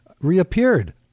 reappeared